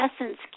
essence